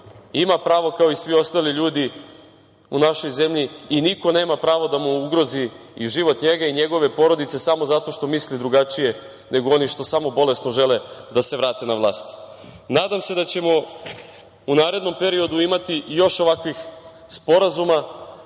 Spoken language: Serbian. ima pravo kao i svi ostali ljudi u našoj zemlji i niko nema pravo da mu ugrozi život i njegove porodice samo zato što misli drugačije nego oni što samo bolesno žele da se vrate na vlast. Nadam se da ćemo u narednom periodu imati još ovakvih sporazuma,